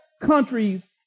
countries